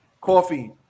coffee